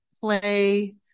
play